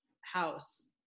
house